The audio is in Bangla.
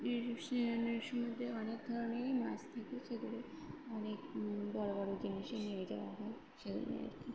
সনের সমুদ্রে অনেক ধরনেরই মাছ থাকে সেগুলি অনেক বড়ো বড়ো জিনিসই নিয়ে যাওয়া হয় সেগুলি আর কি